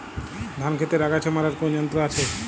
ধান ক্ষেতের আগাছা মারার কোন যন্ত্র আছে?